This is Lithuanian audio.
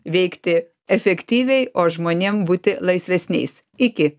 veikti efektyviai o žmonėm būti laisvesniais iki